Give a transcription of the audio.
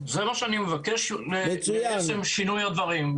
זה לא שאני מבקש לעצם שינוי הדברים.